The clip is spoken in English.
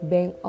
Bank